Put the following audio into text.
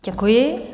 Děkuji.